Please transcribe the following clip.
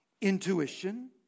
Intuition